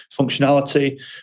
functionality